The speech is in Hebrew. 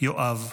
יואב,